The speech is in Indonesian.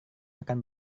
akan